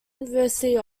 university